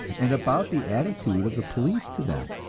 and about the attitude of the police to them.